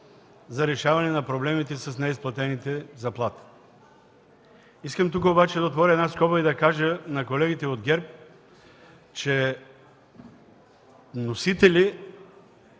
за решаване на проблемите с неизплатените заплати. Искам тук обаче да отворя скоба и да кажа на колегите от ГЕРБ, че формално